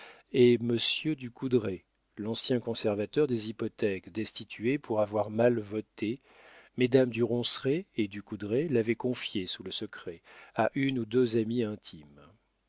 et monsieur du coudrai l'ancien conservateur des hypothèques destitué pour avoir mal voté mesdames du ronceret et du coudrai l'avaient confiée sous le secret à une ou deux amies intimes